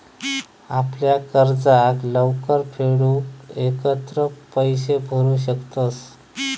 आपल्या कर्जाक लवकर फेडूक एकत्र पैशे भरू शकतंस